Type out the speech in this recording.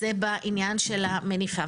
זה בעניין של המניפה.